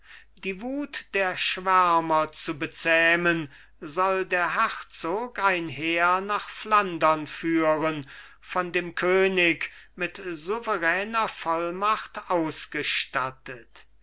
die wut der schwärmer zu bezähmen soll der herzog ein heer nach flandern führen von dem könig mit souveräner vollmacht ausgestattet